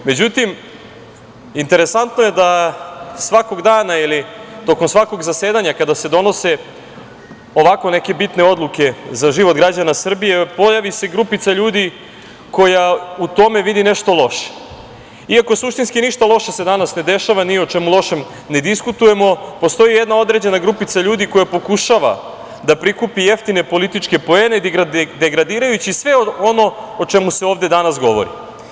Međutim, interesantno je da svakog dana ili tokom svakog zasedanja kada se donose ovako neke bitne odluke za život građana Srbije pojavi se grupica ljudi koja u tome vidi nešto loše, iako suštinski ništa loše se danas ne dešava, ni o čemu lošem ne diskutujemo, postoji jedna određena grupica ljudi koja pokušava da prikupi jeftine političke poene, degradirajući sve ono o čemu se ovde danas govori.